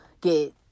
get